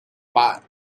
bit